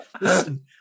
Listen